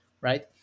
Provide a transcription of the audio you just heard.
Right